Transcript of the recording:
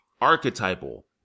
archetypal